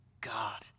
God